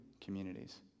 communities